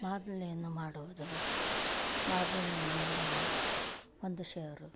ಮಾದ್ಲೇನು ಮಾಡುವುದು ಮಾದುಲೇನು ಮಾಡಲು ಒಂದು ಸೇರು